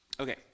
Okay